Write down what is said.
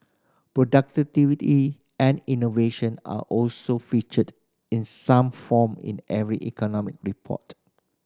productivity and innovation are also featured in some form in every economic report